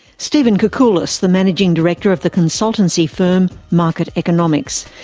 stephen koukoulas, the managing director of the consultancy firm market economics.